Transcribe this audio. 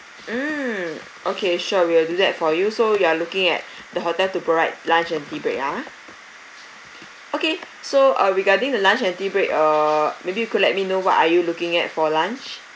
mm okay sure we will do that for you so you are looking at the hotel to provide lunch and tea break ah okay so uh regarding the lunch and tea break uh maybe you could let me know what are you looking at for lunch